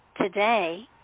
today